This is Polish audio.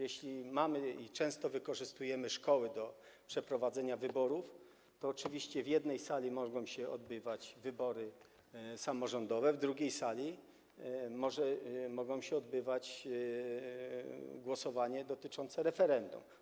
Jeśli mamy szkoły, które często wykorzystujemy do przeprowadzenia wyborów, to oczywiście w jednej sali mogą się odbywać wybory samorządowe, a w drugiej sali mogą się odbywać głosowania dotyczące referendum.